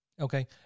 Okay